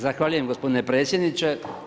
Zahvaljujem gospodine predsjedniče.